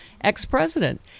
ex-president